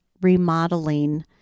remodeling